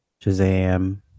Shazam